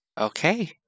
Okay